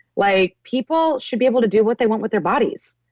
like people should be able to do what they want with their bodies.